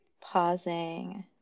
pausing